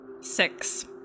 six